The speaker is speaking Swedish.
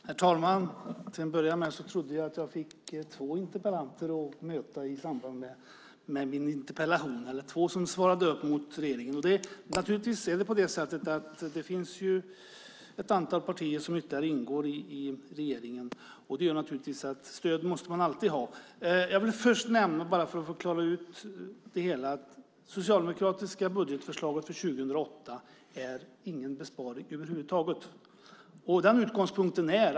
Herr talman! Jag trodde att jag fick möta två som svarade för regeringen på min interpellation. Det ingår naturligtvis ett antal partier i regeringen och stöd måste man alltid ha. Jag vill först nämna, för att klara ut det, att det socialdemokratiska budgetförslaget för 2008 inte är någon besparing över huvud taget.